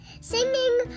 singing